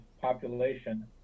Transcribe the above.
population